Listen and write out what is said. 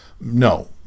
No